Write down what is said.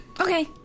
Okay